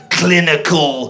clinical